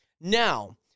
Now